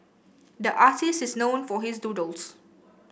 the artist is known for his doodles